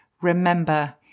Remember